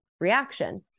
reaction